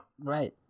Right